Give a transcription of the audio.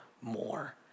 more